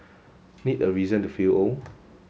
need a reason to feel old